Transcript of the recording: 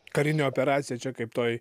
karinė operacija čia kaip toj